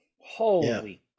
Holy